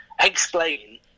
explain